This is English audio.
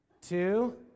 Two